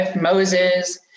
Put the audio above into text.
Moses